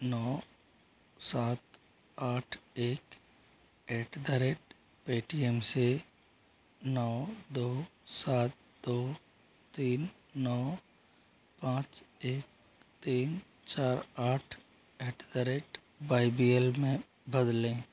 नौ सात आठ एक ऐट द रेट पेटीएम से नौ दो सात दो तीन नौ पाँच एक तीन चार आठ at the rate Y B L में बदलें